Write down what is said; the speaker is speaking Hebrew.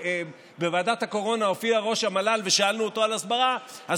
כשבוועדת הקורונה הופיע ראש המל"ל ושאלנו אותו על הסברה אז